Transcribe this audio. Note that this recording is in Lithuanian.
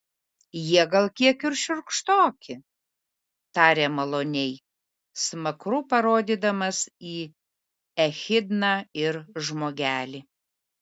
jie gal kiek ir šiurkštoki tarė maloniai smakru parodydamas į echidną ir žmogelį